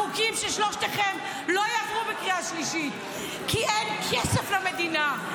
החוקים של שלושתכם לא יעברו את הקריאה שלישית כי אין כסף למדינה.